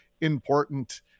important